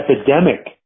epidemic